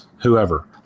whoever